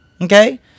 okay